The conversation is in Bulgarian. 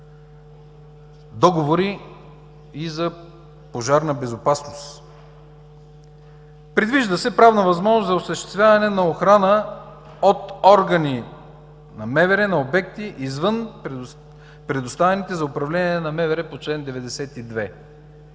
договори, и за пожарна безопасност. Предвижда се правна възможност за осъществяване на охрана, от органи на МВР, на обекти извън предоставените за управление на МВР по чл. 92.